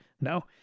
no